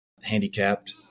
handicapped